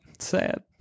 Sad